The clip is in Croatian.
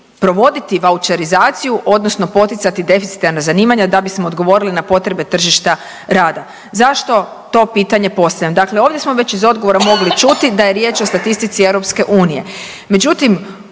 provoditi vaučerizaciju odnosno poticati deficitarna zanimanja da bismo odgovorili na potrebe tržišta rada. Zašto to pitanje postavljam? Dakle, ovdje smo već iz odgovora mogli čuti da je riječ o statistici EU. Međutim,